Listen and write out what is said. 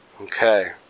Okay